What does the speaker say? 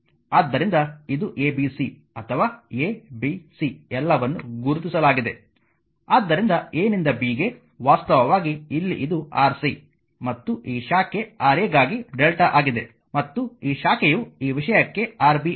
ಆದ್ದರಿಂದ ಇದು abc ಅಥವಾ a b c ಎಲ್ಲವನ್ನೂ ಗುರುತಿಸಲಾಗಿದೆ ಆದ್ದರಿಂದ a ನಿಂದ b ಗೆ ವಾಸ್ತವವಾಗಿ ಇಲ್ಲಿ ಇದು Rc ಮತ್ತು ಈ ಶಾಖೆ Ra ಗಾಗಿ Δ ಆಗಿದೆ ಮತ್ತು ಈ ಶಾಖೆಯು ಈ ವಿಷಯಕ್ಕೆ Rb ಆಗಿದೆ